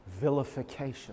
vilification